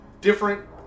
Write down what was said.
Different